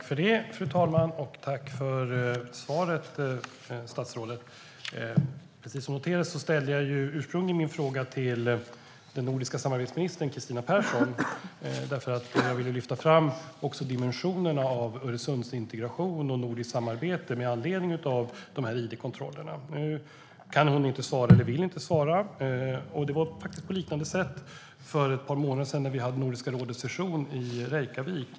Fru talman! Tack för svaret, statsrådet! Som noterades ställde jag ursprungligen min fråga till den nordiska samarbetsministern Kristina Persson, för jag ville lyfta fram dimensionerna av Öresundsintegration och nordiskt samarbete med anledning av id-kontrollerna. Nu kan Kristina Persson inte svara, eller så vill hon inte svara. Det var på liknande sätt för ett par månader sedan när vi hade Nordiska rådets session i Reykjavík.